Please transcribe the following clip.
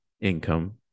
income